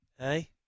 Hey